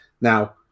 Now